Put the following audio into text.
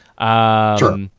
Sure